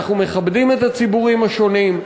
אנחנו מכבדים את הציבורים השונים.